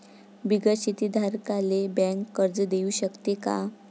बिगर शेती धारकाले बँक कर्ज देऊ शकते का?